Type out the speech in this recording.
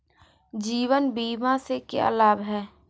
जीवन बीमा से क्या लाभ हैं?